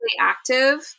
active